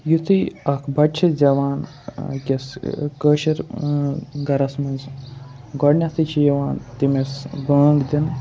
یُتھے اکھ بَچہ چھُ زٮ۪وان أکِس کٲشِر گَرَس مَنٛز گۄڈنٮ۪تھے چھِ یِوان تٔمِس بانٛگ دِنہٕ